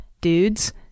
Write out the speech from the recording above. dudes